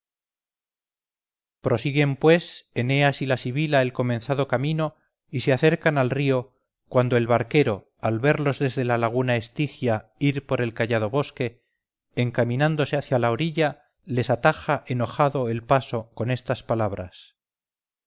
prosiguen pues eneas y la sibila el comenzado camino y se acercan al río cuando el barquero al verlos desde la laguna estigia ir por el callado bosque encaminándose hacia la orilla les ataja enojado el paso con estas palabras